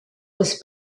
was